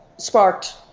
sparked